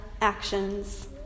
actions